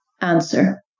Answer